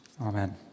Amen